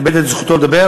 אז איבד את זכותו לדבר.